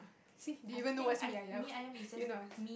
see you don't even know what's mee-ayam you not